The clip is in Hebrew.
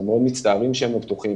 אנחנו מאוד מצטערים שהם לא פתוחים,